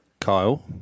Kyle